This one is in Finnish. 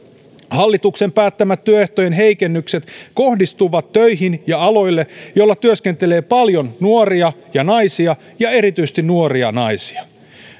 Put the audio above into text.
hallituksen päättämät työehtojen heikennykset kohdistuvat töihin ja aloille joilla työskentelee paljon nuoria ja naisia ja erityisesti nuoria naisia